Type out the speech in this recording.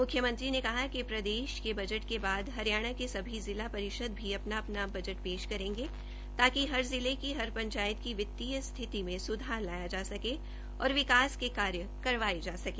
मुख्यमंत्री ने कहा कि प्रदेश के बजट के बाद हरियाणा के सभी जिला परिषद भी अपना अपना बजट पेश करेंगे ताकि हर जिले की हर पंचायत की वितीय स्थिति में सुधार लाया जा सके और विकास के कार्य करवाए जा सके